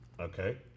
Okay